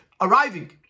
arriving